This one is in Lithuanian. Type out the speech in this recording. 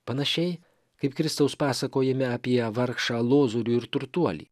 panašiai kaip kristaus pasakojime apie vargšą lozorių ir turtuolį